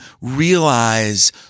realize